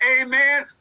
amen